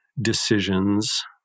decisions